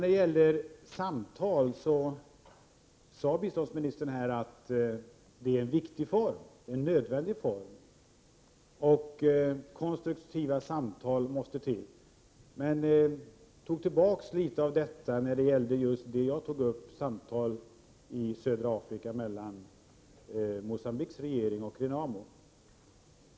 När det gäller samtal sade biståndsministern att det är viktigt och nödvändigt att konstruktiva samtal kommer till, men hon tog tillbaka litet av detta när det gällde just det jag tog upp, nämligen samtal i södra Afrika mellan Mogambiques regering och RENAMO.